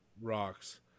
rocks